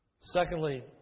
Secondly